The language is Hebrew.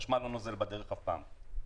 חשמל לא נוזל בדרך אף פעם,